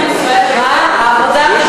וחרפה.